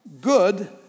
good